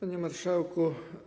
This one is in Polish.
Panie Marszałku!